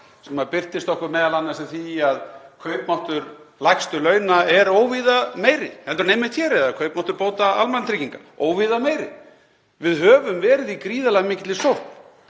sem birtist okkur m.a. í því að kaupmáttur lægstu launa er óvíða meiri heldur en einmitt hér og kaupmáttur bóta almannatrygginga óvíða meiri. Við höfum verið í gríðarlega mikilli sókn.